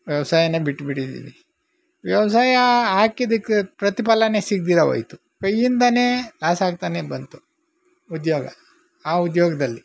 ವ್ಯವಸಾಯನೇ ಬಿಟ್ಟು ಬಿಟ್ಟಿದ್ದೀವಿ ವ್ಯವಸಾಯ ಹಾಕಿದ್ದಕ್ಕೆ ಪ್ರತಿಫಲವೇ ಸಿಗ್ದಿರ ಹೋಯ್ತು ಕೈಯಿಂದಾನೆ ಲಾಸ್ ಆಗ್ತಾನೇ ಬಂತು ಉದ್ಯೋಗ ಆ ಉದ್ಯೋಗದಲ್ಲಿ